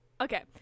Okay